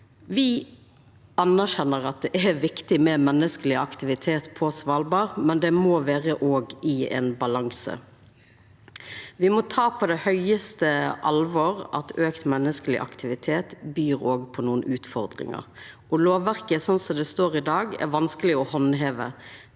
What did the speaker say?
Me anerkjenner at det er viktig med menneskeleg aktivitet på Svalbard, men det må òg vera i ein balanse. Me må ta på høgste alvor at auka menneskeleg aktivitet byr på nokre utfordringar. Lovverket slik det står i dag, er vanskeleg å handheva.